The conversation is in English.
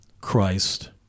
Christ